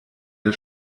der